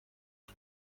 kui